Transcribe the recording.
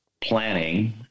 planning